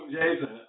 Jason